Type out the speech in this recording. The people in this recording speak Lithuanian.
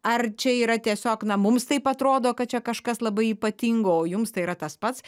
ar čia yra tiesiog na mums taip atrodo kad čia kažkas labai ypatingo o jums tai yra tas pats